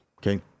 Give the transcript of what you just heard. Okay